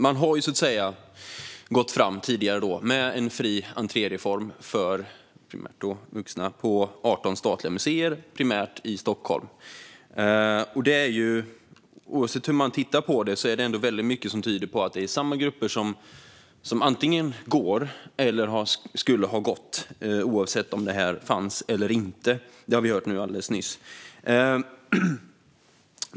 Man har tidigare gått fram med en fri-entré-reform för vuxna i fråga om 18 statliga museer, primärt i Stockholm. Oavsett hur man tittar på det är det mycket som tyder på att det är samma grupper som går dit oavsett om detta finns eller inte. Det har vi hört alldeles nyss.